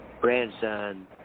grandson